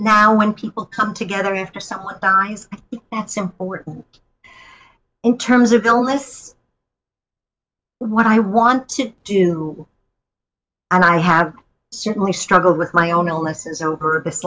now when people come together after someone dies that's important in terms of illness what i want to do and i have certainly struggled with my own illnesses o